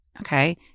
Okay